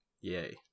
Yay